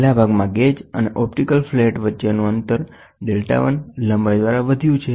પહેલા ભાગમાં ગેજ અને ઓપ્ટિકલ ફ્લેટ વચ્ચેનું અંતર ગેજની લંબાઈમાં 1લંબાઈ દ્વારા વધ્યું છે